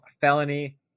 felony